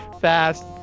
fast